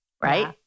right